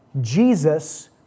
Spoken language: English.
Jesus